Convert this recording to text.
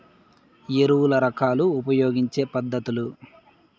ఎరువుల రకాలు ఉపయోగించే పద్ధతులు?